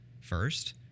First